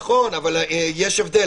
נכון, אבל יש הבדל.